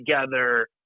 together